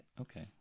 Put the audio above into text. okay